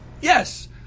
Yes